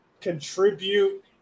contribute